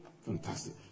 fantastic